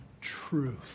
truth